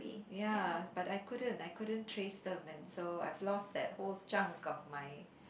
ya but I couldn't I couldn't trace them and so I've lost that whole chunk of my